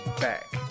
back